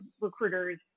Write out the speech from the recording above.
recruiters